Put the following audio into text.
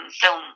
film